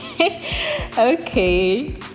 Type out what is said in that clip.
Okay